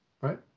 Right